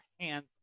hands